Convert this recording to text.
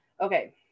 okay